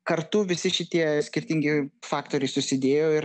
kartu visi šitie skirtingi faktoriai susidėjo ir